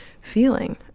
feeling